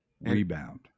rebound